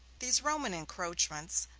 these roman encroachments,